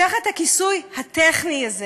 תחת הכיסוי הטכני הזה